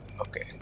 Okay